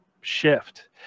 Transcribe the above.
shift